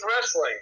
Wrestling